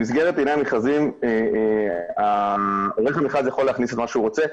במסגרת דיני המכרזים עורך המכרז יכול להכניס את מה שהוא רוצה.